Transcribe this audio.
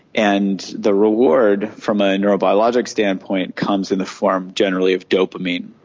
and the reward from a neurobiological standpoint comes in the form generally of dopamine.